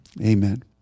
Amen